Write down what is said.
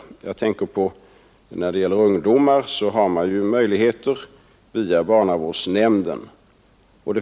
Jag tänker här på att vi beträffande ungdomar ju har möjligheter via barnavårdsnämnden.